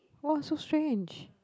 !wow! so strange